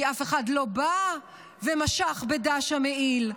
כי אף אחד לא בא ומשך בדש המעיל.